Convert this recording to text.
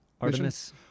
artemis